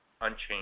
unchanged